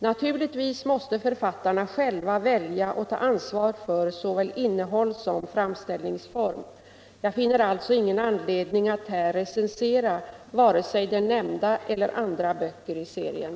Naturligtvis måste författarna själva välja och ta ansvar för såväl innehåll som framställningsform. Jag finner alltså ingen anledning att här recensera vare sig den nämnda eller andra böcker i serien.